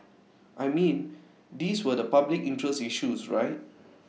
I mean these were the public interest issues right